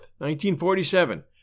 1947